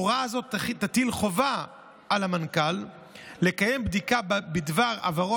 הוראה זאת תטיל חובה על המנכ"ל לקיים בדיקה בדבר עברו